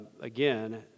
Again